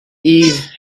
eve